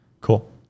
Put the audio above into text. cool